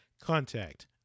contact